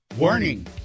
Warning